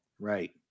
Right